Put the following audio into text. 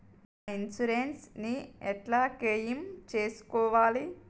నా ఇన్సూరెన్స్ ని ఎట్ల క్లెయిమ్ చేస్కోవాలి?